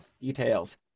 details